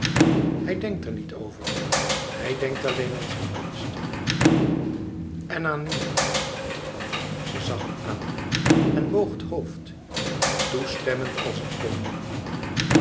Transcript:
hij denkt er niet over hij denkt alleen aan zijn kunst en aan u zij zag hem aan en boog het hoofd toestemmend als een koningin